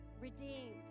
redeemed